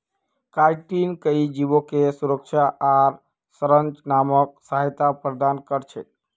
chitin कई जीवके सुरक्षा आर संरचनात्मक सहायता प्रदान कर छेक